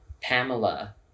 Pamela